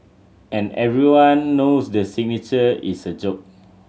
and everyone knows the signature is a joke